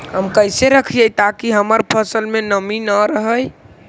हम कैसे रखिये ताकी हमर फ़सल में नमी न रहै?